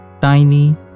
Tiny